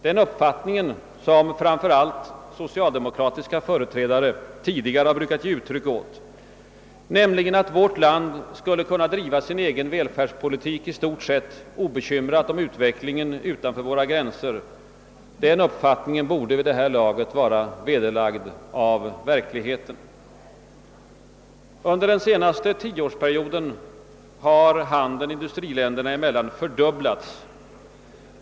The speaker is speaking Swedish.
Den: uppfattningen, som framför allt socialdemokratiska företrädare tidigare har brukat ge uttryck åt, nämligen att vårt land skulle kunna driva sin egen väl färdspolitik i stort sett obekymrat om: utvecklingen utanför våra gränser, borde vid det här laget vara vederlagd av verkligheten. Under den senaste tioårsperioden har handeln industriländerna emellan: fördubblats.